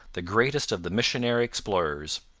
the greatest of the missionary explorers,